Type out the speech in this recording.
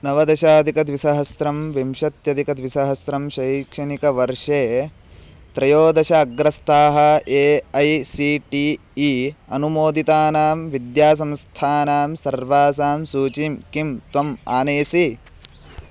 नवदशाधिकद्विसहस्रं विंशत्यधिकद्विसहस्रं शैक्षणिकवर्षे त्रयोदश अग्रस्ताः A I C T E अनुमोदितानां विद्यासंस्थानां सर्वासां सूचीं किं त्वम् आनयसि